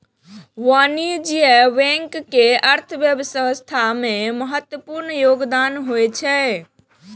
वाणिज्यिक बैंक के अर्थव्यवस्था मे महत्वपूर्ण योगदान होइ छै